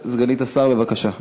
סגנית השר, בבקשה.